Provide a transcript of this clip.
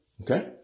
okay